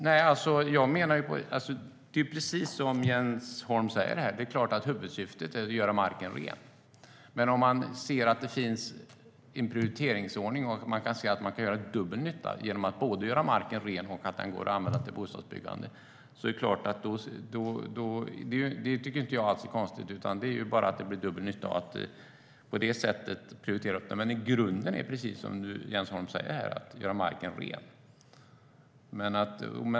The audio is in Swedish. Det är precis som Jens Holm säger, nämligen att huvudsyftet är att göra marken ren. Men om det finns en prioriteringsordning som innebär att det kan bli dubbel nytta genom att marken både blir ren och kan användas till bostadsbyggande är det inte konstigt. Det blir dubbel nytta av prioriteringen. Grunden är, precis som Jens Holm säger, att göra marken ren.